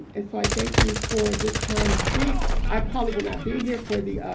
and so i thank you for this time to speak. i probably will not be here for the